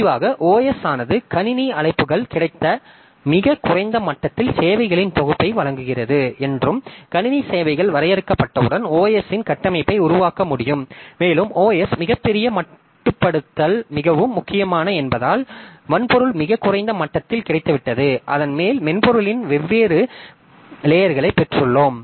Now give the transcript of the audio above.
முடிவாக OS ஆனது கணினி அழைப்புகள் கிடைத்த மிகக் குறைந்த மட்டத்தில் சேவைகளின் தொகுப்பை வழங்குகிறது என்றும் கணினி சேவைகள் வரையறுக்கப்பட்டவுடன் OS இன் கட்டமைப்பை உருவாக்க முடியும் மேலும் OS மிகப் பெரிய மட்டுப்படுத்தல் மிகவும் முக்கியமானது என்பதால் வன்பொருள் மிகக் குறைந்த மட்டத்தில் கிடைத்துவிட்டது அதன் மேல் மென்பொருளின் வெவ்வேறு லேயர்களைப் பெற்றுள்ளோம்